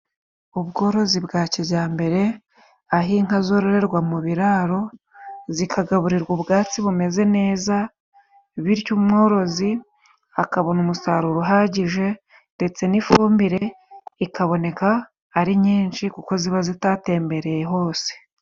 Ubworozi bwa kijyambere aho inka zororerwa mu biraro zikagaburirwa ubwatsi bumeze neza, bityo umworozi akabona umusaruro uhagije ndetse n'ifumbire ikaboneka ari nyinshi, kuko ziba zitatembereye hose.